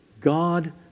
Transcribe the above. God